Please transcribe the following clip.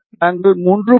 நாங்கள் 3